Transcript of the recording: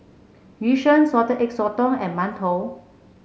Yu Sheng Salted Egg Sotong and mantou